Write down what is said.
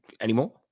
anymore